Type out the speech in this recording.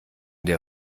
der